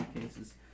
cases